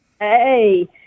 Hey